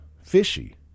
fishy